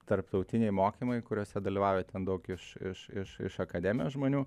tarptautiniai mokymai kuriuose dalyvauja ten daug iš iš iš iš akademijos žmonių